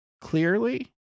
clearly